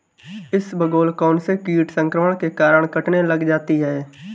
इसबगोल कौनसे कीट संक्रमण के कारण कटने लग जाती है?